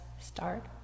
start